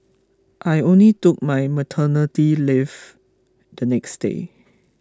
I only took my maternity leave the next day